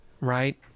right